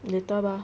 later bah